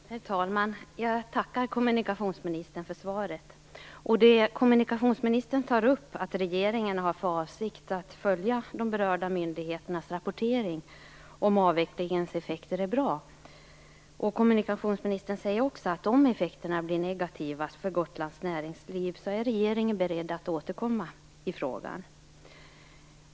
Herr talman! Jag tackar kommunikationsministern för svaret. Det kommunikationsministern tar upp, dvs. att regeringen har för avsikt att följa de berörda myndigheternas rapportering om avvecklingens effekter, är bra. Kommunikationsministern säger också att regeringen är beredd att återkomma i frågan om effekterna blir negativa för Gotlands näringsliv.